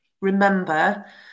remember